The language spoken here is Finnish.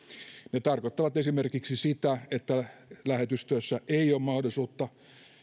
ne tarkoittavat esimerkiksi sitä että lähetystöissä ei ole mahdollisuutta